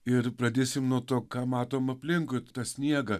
ir pradėsim nuo to ką matom aplinkui tai tą sniegą